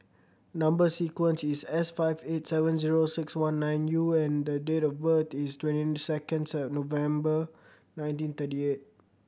number sequence is S five eight seven zero six one nine U and the date of birth is twenty seconds November nineteen thirty eight